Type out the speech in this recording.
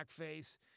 blackface